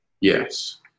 Yes